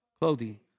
Clothing